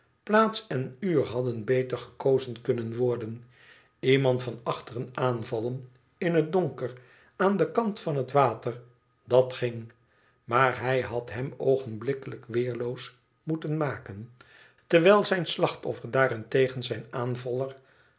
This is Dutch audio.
plaats en uur hadden beter gekozen kunnen worden iemand van achteren aanvallen in het donker aan den kant van het water dat ging maar hij had hem oogenblikkelijk weerloos moeten maken terwijl zijn slachtoffer daarentegen zijn aanvaller